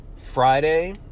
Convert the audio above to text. Friday